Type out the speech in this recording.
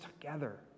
together